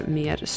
mer